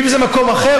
אם זה במקום אחר,